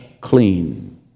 clean